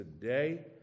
today